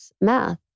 math